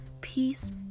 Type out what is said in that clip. peace